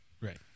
Right